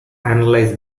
analyse